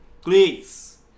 Please